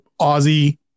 Aussie